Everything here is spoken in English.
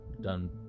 Done